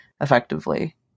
effectively